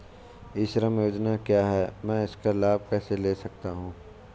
ई श्रम योजना क्या है मैं इसका लाभ कैसे ले सकता हूँ?